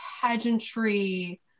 pageantry